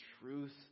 truth